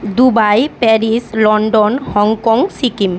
Dubai Paris London Hong Kong Sikkim